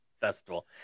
festival